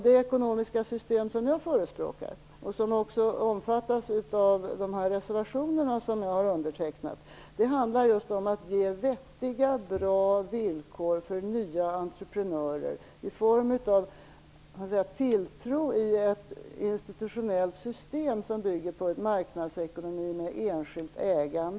Det ekonomiska system som jag förespråkar och som också speglas i de reservationer som jag har undertecknat går ut på att ge vettiga villkor för och visa tilltro till nya entreprenörer. Det är ett institutionellt system som bygger på en marknadsekonomi med enskilt ägande.